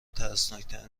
ترسناکتر